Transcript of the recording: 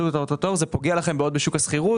זה פוגע לכם מאוד בשוק השכירות,